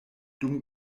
dum